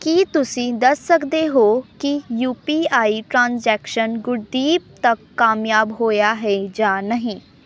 ਕੀ ਤੁਸੀਂਂ ਦੱਸ ਸਕਦੇ ਹੋ ਕਿ U P I transaction Gurdeep ਤੱਕ ਕਾਮਯਾਬ ਹੋਇਆ ਹੈ ਜਾਂ ਨਹੀਂ